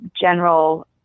general